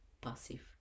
passive